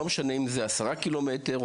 לא משנה אם זה עשרה קילומטר,